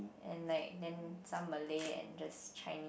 and like then some Malay and just Chinese